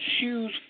shoes